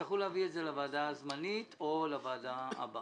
תצטרכו להביא את זה לוועדה הזמנית או לוועדה הבאה.